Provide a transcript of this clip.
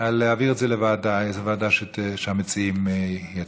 על העברה לוועדה, איזו ועדה שהמציעים יציעו.